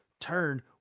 turn